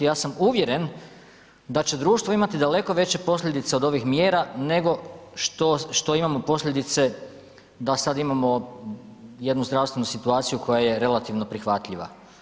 Ja sam uvjeren da će društvo imati daleko veće posljedice od ovih mjera nego što, što imamo posljedice da sad imamo jednu zdravstvenu situaciju koja je relativno prihvatljiva.